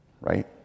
right